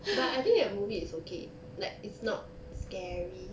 but I think that movie is okay like it's not scary